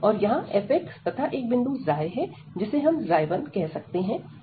और यहां f तथा एक बिंदु है जिसे हम 1 कह सकते हैं